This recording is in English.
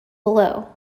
below